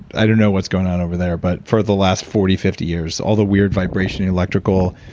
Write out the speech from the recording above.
i don't know what's going on over there, but for the lat forty, fifty years all the weird vibration, electrical,